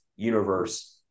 Universe